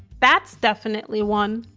that's definitely one.